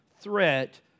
threat